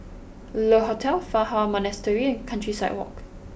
Le Hotel Fa Hua Monastery and Countryside Walk